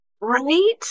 Right